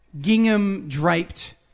gingham-draped